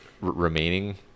remaining